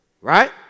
right